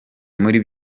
muri